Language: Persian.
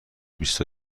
بیست